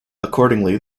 accordingly